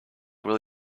will